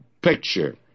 picture